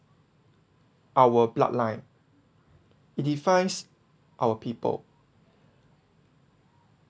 our bloodline it defines our people